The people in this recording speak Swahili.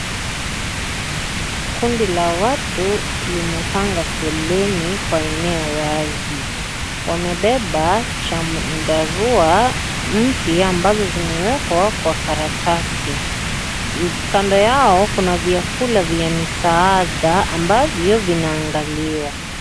Kundi la watu limepanga foleni kwa eneo wazi. Wamebeba chandarua mpya ambazo zimewekwa kwa karatasi. Kando yao kuna vyakula vya misaada ambavyo vinaangaliwa.